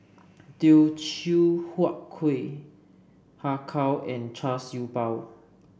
Teochew Huat Kueh Har Kow and Char Siew Bao